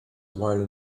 while